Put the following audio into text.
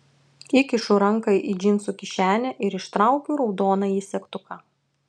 įkišu ranką į džinsų kišenę ir ištraukiu raudonąjį segtuką